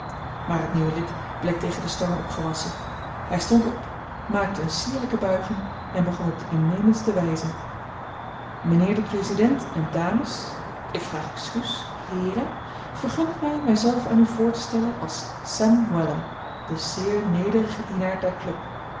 maar het nieuwe lid bleek tegen den storm opgewassen hij stond op maakte een sierlijke buiging en begon op de innemendste wijze mijnheer de president en dames ik vraag excuus heeren vergunt mij mezelf aan u voor te stellen als sam weller de zeer nederige dienaar der club